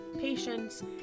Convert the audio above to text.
patience